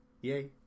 Yay